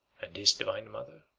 and his divine mother.